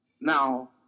Now